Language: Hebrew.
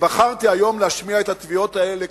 ובחרתי היום להשמיע את התביעות האלה.